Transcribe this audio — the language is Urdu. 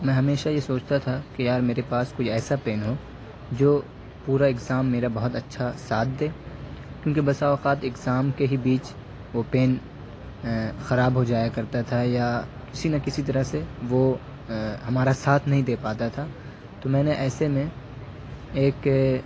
میں ہمیشہ یہ سوچتا تھا کہ یار میرے پاس کوئی ایسا پین ہو جو پورا اگزام میرا بہت اچھا ساتھ دے کیونکہ بعض اوقات اگزام کے ہی بیچ وہ پین خراب ہو جایا کرتا تھا یا کسی نہ کسی طرح سے وہ ہمارا ساتھ نہیں دے پاتا تھا تو میں نے ایسے میں ایک